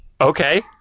Okay